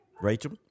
Rachel